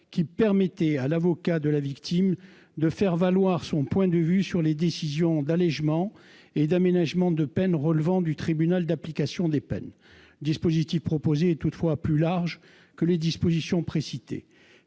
desquelles l'avocat de la victime peut faire valoir son point de vue sur les décisions d'allégement et d'aménagement de peine relevant du tribunal de l'application des peines. Le dispositif proposé est toutefois plus large que les dispositions précitées,